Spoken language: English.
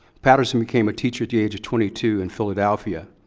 patterson became a teacher at the age of twenty two in philadelphia.